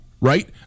Right